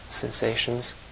sensations